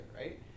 right